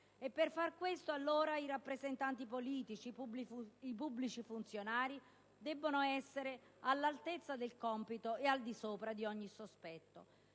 E per far questo allora i rappresentanti politici, i pubblici funzionari debbono essere all'altezza del compito ed al di sopra di ogni sospetto.